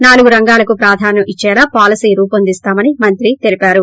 నాలుగు రంగాలకు ప్రాధాన్యం ఇచ్చేలా పాలసీ రూపొందిస్తామని మంత్రి తెలిపారు